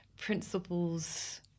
principles